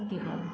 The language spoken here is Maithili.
आओर की कहब